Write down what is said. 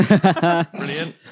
brilliant